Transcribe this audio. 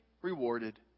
rewarded